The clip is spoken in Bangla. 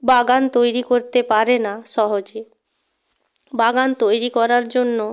বাগান তৈরি করতে পারে না সহজে বাগান তৈরি করার জন্য